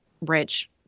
rich